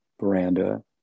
veranda